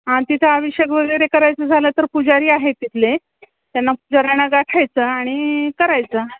हां तिथं अभिषेक वगैरे करायचं झालं तर पुजारी आहे तिथले त्यांना पुजाऱ्यांना गाठायचं आणि करायचा